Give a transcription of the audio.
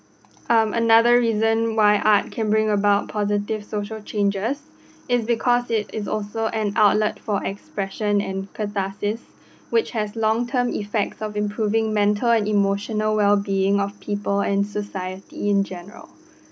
um another reason why art can bring about positive social changes is because it is also an outlet for expression and carthasis which has long term effects of improving mental and emotional well being of people and society in general